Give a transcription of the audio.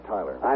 Tyler